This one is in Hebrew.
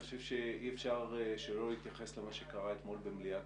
אני חושב שאי אפשר שלא להתייחס למה שקרה אתמול במליאת